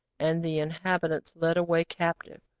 and the inhabitants led away captive,